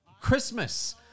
Christmas